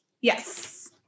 Yes